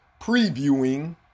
previewing